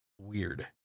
Weird